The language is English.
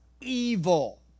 evil